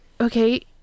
okay